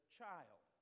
child